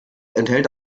enthält